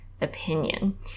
opinion